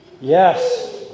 yes